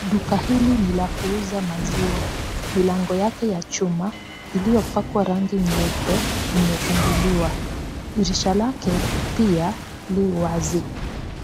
Duka hili ni la kuuza maziwa milango yake ya chuma iliypopakwa rangi nyeupe imefunguliwa , dirisha lake pia li wazi